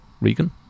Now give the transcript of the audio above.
Regan